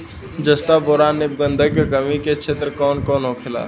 जस्ता बोरान ऐब गंधक के कमी के क्षेत्र कौन कौनहोला?